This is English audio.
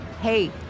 Hey